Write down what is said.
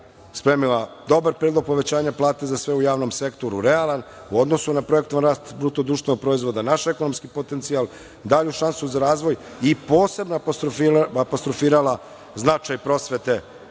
spremila dobar predlog povećanja plata za sve u javnom sektoru, realan, u odnosu na projektovan rast BDP-a, naš ekonomski potencijal, dalju šansu za razvoj i posebno apostrofirala značaj prosvete